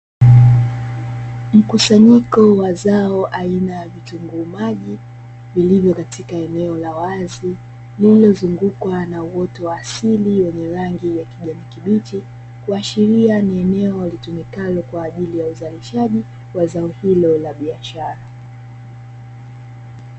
Mkusanyiko wa zao aina ya vitunguu maji, vilivyo katika eneo la wazi lililo zungukwa na uoto wa asili wenye rangi ya kijani kibichi, kuashiria kuwa ni eneo litumikalo katika uzalishaji wa zao hilo la biashara.